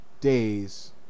Days